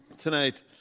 tonight